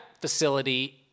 facility